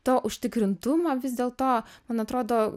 to užtikrintumo vis dėlto man atrodo